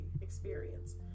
experience